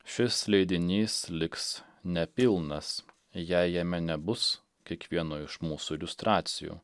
šis leidinys liks nepilnas jei jame nebus kiekvieno iš mūsų iliustracijų